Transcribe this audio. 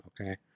okay